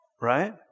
Right